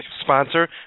sponsor